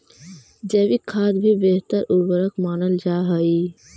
जैविक खाद भी बेहतर उर्वरक मानल जा हई